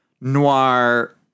noir